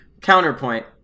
counterpoint